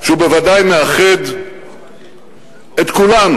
שהוא בוודאי מאחד את כולנו,